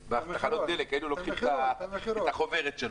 בתחנת דלק היינו לוקחים את החוברת שלו.